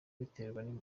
biterwa